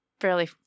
fairly